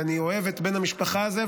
ואני אוהב את בן המשפחה הזה,